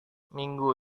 minggu